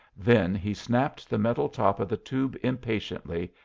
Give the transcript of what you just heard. then he snapped the metal top of the tube impatiently,